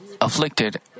afflicted